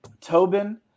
Tobin